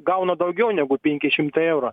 gauna daugiau negu penki šimtai eurą